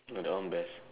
ah that one best